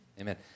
Amen